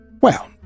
Well